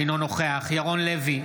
אינו נוכח ירון לוי,